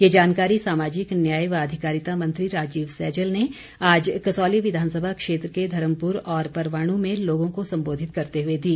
ये जानकारी सामाजिक न्याय व अधिकारिता मंत्री राजीव सैजल ने आज कसौली विधानसभा क्षेत्र के धर्मप्र और परवाणू में लोगों को संबोधित करते हए दी